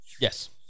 Yes